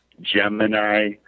Gemini